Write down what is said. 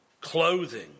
clothing